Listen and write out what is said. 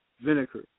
vinegar